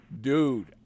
dude